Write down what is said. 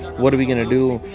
what are we going to do?